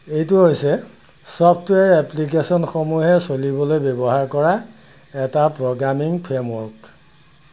এইটো হৈছে ছফ্টৱেৰ এপ্লিকেচনসমূহে চলিবলৈ ব্যৱহাৰ কৰা এটা প্ৰ'গ্ৰামিং ফ্ৰেমৱৰ্ক